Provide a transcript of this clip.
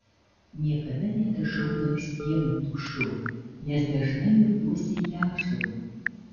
niekada nedažau blakstienų tušu nes dažnai juokiuosi iki ašarų